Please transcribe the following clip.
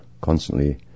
constantly